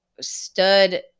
stood